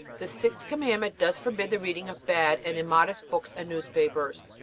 the sixth commandment does forbid the reading of bad and immodest books and newspapers.